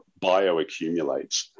bioaccumulates